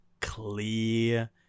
clear